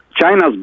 China's